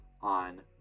on